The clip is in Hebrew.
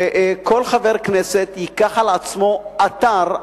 שכל חבר כנסת ייקח על עצמו אתר,